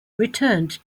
returned